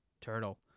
turtle